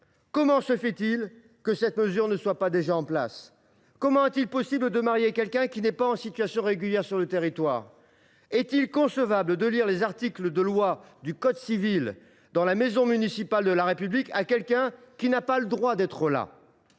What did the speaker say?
comment se fait il que cette mesure ne soit pas déjà en vigueur ? Eh oui ! Comment est il possible de marier quelqu’un qui n’est pas en situation régulière sur le territoire ? Est il concevable de lire des articles du code civil, au sein de la maison municipale de la République, à une personne qui n’a pas le droit d’être là ?